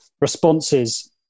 responses